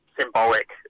symbolic